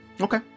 Okay